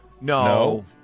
No